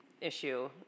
issue